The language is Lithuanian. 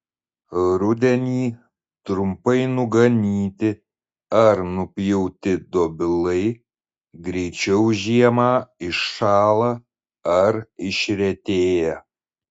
rudenį trumpai nuganyti ar nupjauti dobilai greičiau žiemą iššąla ar išretėja